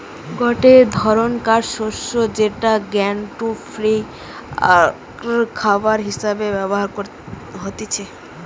গটে ধরণকার শস্য যেটা গ্লুটেন ফ্রি আরখাবার হিসেবে ব্যবহার হতিছে